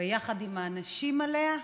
יחד עם האנשים עליה,